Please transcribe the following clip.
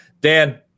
Dan